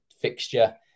fixture